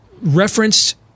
referenced